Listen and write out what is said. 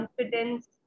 confidence